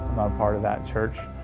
part of that church,